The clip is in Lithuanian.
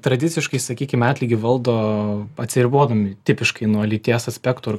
tradiciškai sakykime atlygį valdo atsiribodami tipiškai nuo lyties aspekto ar